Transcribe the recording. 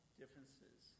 differences